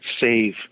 save